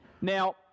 Now